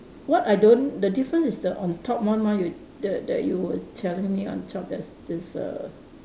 what I don't the difference is the on top one mah you that that you were telling me on top there's this err